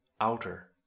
outer